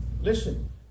Listen